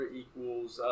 equals